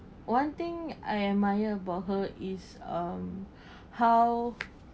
one thing I admire about her is um how